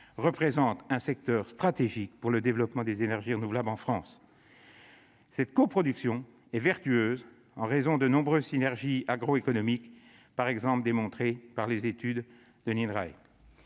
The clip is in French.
représente un secteur stratégique pour le développement des énergies renouvelables en France. Cette coproduction est vertueuse en raison de nombreuses synergies agroéconomiques, démontrées notamment par les études de l'Inrae